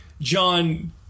John